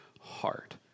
heart